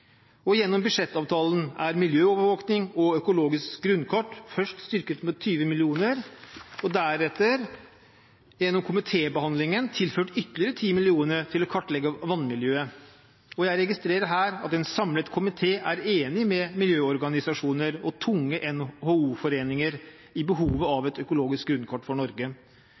Gjennom budsjettavtalen er miljøovervåkning og økologisk grunnkart først styrket med 20 mill. kr og deretter gjennom komitébehandlingen tilført ytterligere 10 mill. kr til å kartlegge vannmiljøet. Jeg registrerer her at en samlet komité er enig med miljøorganisasjoner og tunge NHO-foreninger i behovet